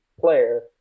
player